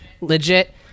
legit